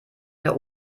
der